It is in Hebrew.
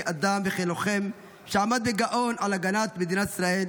כאדם וכלוחם שעמד כגאון על הגנת מדינת ישראל.